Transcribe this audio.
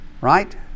right